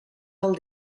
del